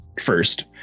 first